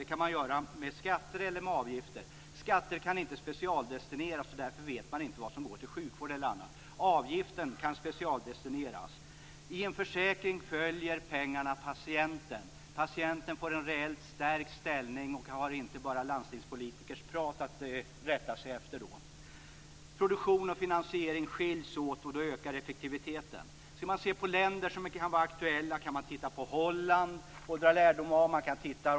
Det kan man göra med skatter eller med avgifter. Skatter kan inte specialdestineras, så därför vet man inte vad som går till sjukvård och vad som går till annat. Avgifter kan specialdestineras. I en försäkring följer pengarna patienten. Patienten får en reellt stärkt ställning och har då inte bara landstingspolitikers prat att rätta sig efter. Produktion och finansiering skiljs åt, och då ökar effektiviteten. Ett aktuellt land att dra lärdom av är Holland.